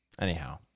Anyhow